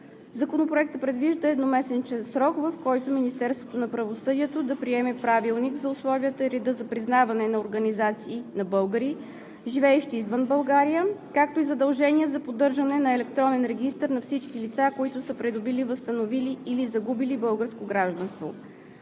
Законопроектът предвижда едномесечен срок, в който Министерството на правосъдието да приеме Правилник за условията и реда за признаване на организации на българи, живеещи извън България, както и задължение за поддържане на електронен регистър на всички лица, които са придобили, възстановили или загубили българско гражданство.